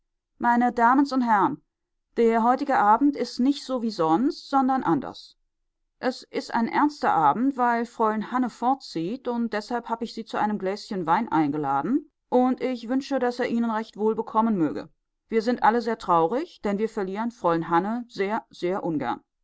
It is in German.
meine damens und herr'n der heutige abend is nich so wie sonst sondern anders es is ein ernster abend weil fräul'n hanne fortzieht und deshalb hab ich sie zu einem gläschen wein eingeladen und ich wünsche daß er ihnen allen recht wohl bekommen möge wir sind alle sehr traurig denn wir verlieren fräul'n hanne sehr sehr ungern